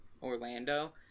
Orlando